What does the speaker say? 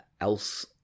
else